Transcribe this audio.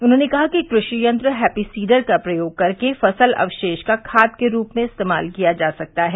उन्होंने कहा कि कृषि यंत्र हैपीसीडर का प्रयोग करके फसल अवशेष का खाद के रूप में इस्तेमाल किया जा सकता है